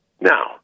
Now